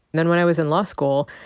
then when i was in law school,